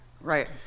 Right